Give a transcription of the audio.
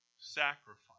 sacrifice